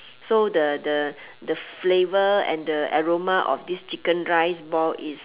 so the the the flavour and the aroma of this chicken rice ball is